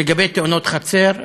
לגבי תאונות חצר,